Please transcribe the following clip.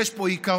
יש פה עיקרון.